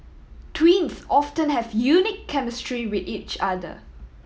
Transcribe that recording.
twins often have unique chemistry with each other